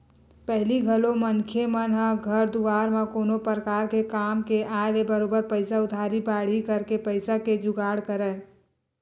पहिली घलो मनखे मन ह घर दुवार म कोनो परकार के काम के आय ले बरोबर पइसा उधारी बाड़ही करके पइसा के जुगाड़ करय